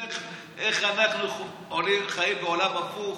איך אנחנו חיים בעולם הפוך,